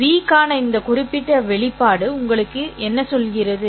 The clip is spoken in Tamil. ́V க்கான இந்த குறிப்பிட்ட வெளிப்பாடு உங்களுக்கு என்ன சொல்கிறது